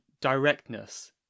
directness